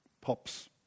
pops